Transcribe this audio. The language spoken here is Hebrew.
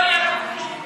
לא יהיה לנו כלום.